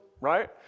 right